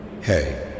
Hey